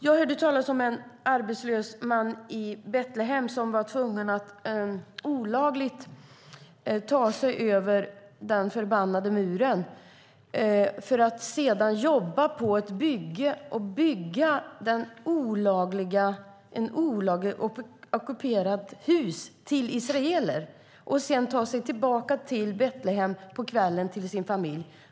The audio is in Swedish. Jag hörde talas om en arbetslös man i Betlehem som var tvungen att olagligt ta sig över den förbannade muren för att jobba på ett bygge och bygga ett olagligt ockuperat hus åt israeler. Sedan tog han sig tillbaka till sin familj i Betlehem på kvällen.